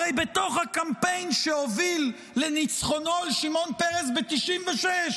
הרי בתוך הקמפיין שהוביל לניצחונו על שמעון פרס ב-1996,